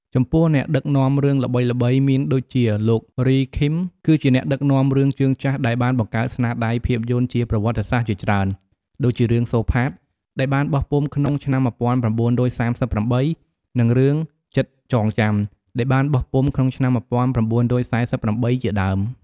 ចំពោះអ្នកដឹកនាំរឿងល្បីៗមានដូចជាលោក រី ឃីម គឺជាអ្នកដឹកនាំរឿងជើងចាស់ដែលបានបង្កើតស្នាដៃភាពយន្តជាប្រវត្តិសាស្ត្រជាច្រើន ដូចជារឿង សូផាត ដែលបានបោះពុម្ពក្នុងឆ្នាំ ១៩៣៨ និង រឿង ចិត្តចងចាំ ដែលបានបោះពុម្ពក្នុងឆ្នាំ ១៩៤៨ ជាដើម។